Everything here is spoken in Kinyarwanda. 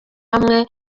hamwe